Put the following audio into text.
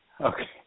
Okay